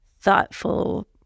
thoughtful